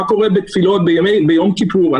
מה קורה בתפילות ביום כיפור.